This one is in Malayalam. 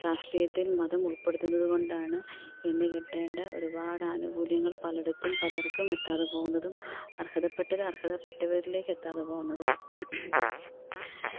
രാഷ്ട്രീയത്തിൽ മതം ഉൾപ്പെടുത്തുന്നതു കൊണ്ടാണ് ഇന്ന് കിട്ടേണ്ട ഒരുപാട് ആനുകൂല്യങ്ങൾ പലയിടത്തും പലർക്കും എത്താതെ പോകുന്നതും അർഹതപ്പെട്ടത് അർഹതപ്പെട്ടവരിലേക്കെത്താതെ പോകുന്നതും